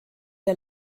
der